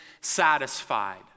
satisfied